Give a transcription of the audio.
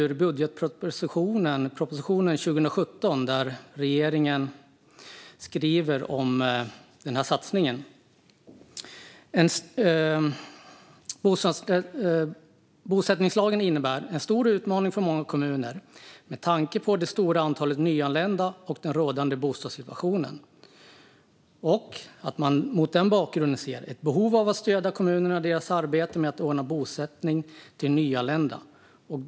I budgetpropositionen för 2017 framgår följande om vad regeringen anser om satsningen: Bosättningslagen innebär en stor utmaning för många kommuner med tanke på det stora antalet nyanlända och den rådande bostadssituationen. Mot den bakgrunden ser man ett behov av att stödja kommunerna i deras arbete med att ordna bostäder till nyanlända.